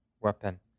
weapon